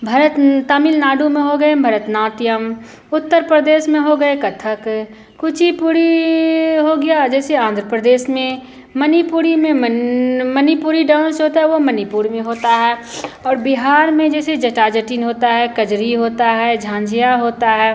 भरत तमिलनाडु में हो गए भरतनाट्यम उत्तर प्रदेश में हो गए कत्थक कुचीपुड़ी हो गया जैसे आंध्र प्रदेश में मणिपुरी में मन मणिपुरी डांस जो होता है वह मणिपुर में होता है और बिहार में जैसे जटा जटिन होता है कजरी होता है झांझिया होता है